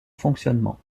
fonctionnement